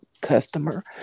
customer